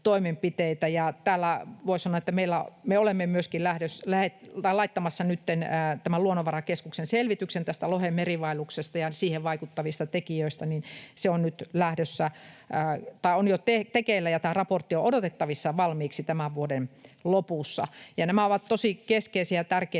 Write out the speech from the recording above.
sanoa, että tämä Luonnonvarakeskuksen selvitys tästä lohen merivaelluksesta ja siihen vaikuttavista tekijöistä on jo tekeillä, ja tämä raportti on odotettavissa valmiiksi tämän vuoden lopussa. Nämä ovat tosi keskeisiä ja tärkeitä